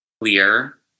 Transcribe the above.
clear